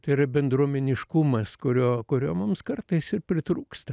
tai yra bendruomeniškumas kurio kurio mums kartais ir pritrūksta